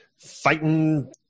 Fighting